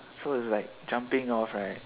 so it's like jumping off right